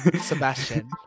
Sebastian